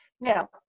Now